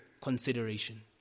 consideration